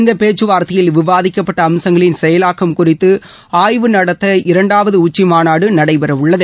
இந்த பேச்சுவார்த்தையில் விவாதிக்கப்பட்ட அம்சங்களின் செயலாக்கம் குறித்து ஆய்வு நடத்த இரண்டாவது உச்சிமாநாடு நடைபெறவுள்ளது